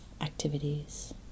activities